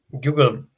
Google